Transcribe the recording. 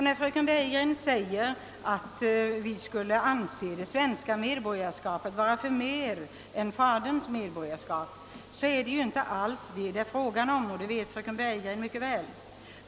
När fröken Bergegren sade att vi tydligen ansåg det svenska medborgarskapet förmer än faderns medborgarskap, så måste jag framhålla att det inte alls är fråga om detta, och det vet fröken Bergegren mycket väl.